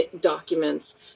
documents